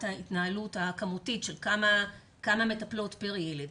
ההתנהלות הכמותית של כמה מטפלות פר ילד.